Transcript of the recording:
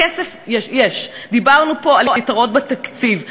כסף, יש, דיברנו פה על יתרות בתקציב.